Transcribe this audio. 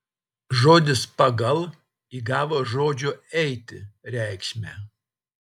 žodis pagal įgavo žodžio eiti reikšmę